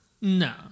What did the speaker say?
no